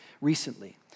recently